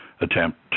attempt